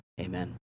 Amen